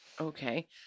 Okay